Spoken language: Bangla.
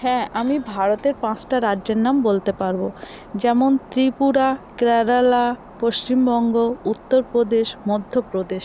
হ্যাঁ আমি ভারতের পাঁচটা রাজ্যের নাম বলতে পারব যেমন ত্রিপুরা কেরালা পশ্চিমবঙ্গ উত্তরপ্রদেশ মধ্যপ্রদেশ